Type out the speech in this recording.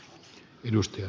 arvoisa puhemies